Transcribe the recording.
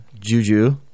juju